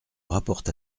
rapporte